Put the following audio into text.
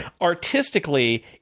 Artistically